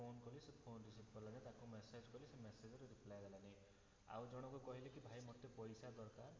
ତାକୁ ଫୋନ୍ କଲି ସେ ଫୋନ୍ ରିସିଭ୍ କଲା ତାକୁ ମେସେଜ୍ କଲି ସେ ମେସେଜର ରିପ୍ଲାଏ ଦେଲାନି ଆଉ ଜଣକୁ କହିଲି କି ଭାଇ ମୋତେ ପଇସା ଦରକାର